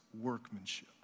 workmanship